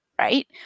right